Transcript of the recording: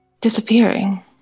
Disappearing